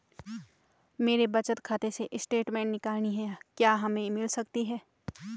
मेरे बचत खाते से स्टेटमेंट निकालनी है क्या हमें मिल सकती है?